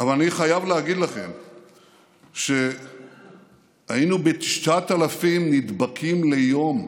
אבל אני חייב להגיד לכם שהיינו ב-9,000 נדבקים ליום,